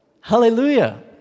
Hallelujah